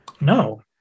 no